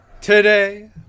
Today